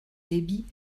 débit